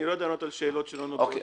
אני לא יודע לענות על שאלות שלא נוגעות לנו.